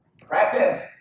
practice